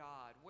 God